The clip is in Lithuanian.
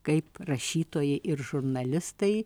kaip rašytojai ir žurnalistai